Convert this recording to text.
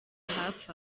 hafi